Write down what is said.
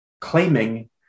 claiming